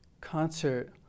concert